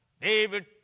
David